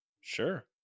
Sure